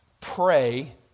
pray